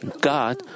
God